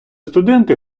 студенти